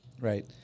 Right